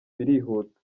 birihuta